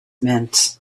meant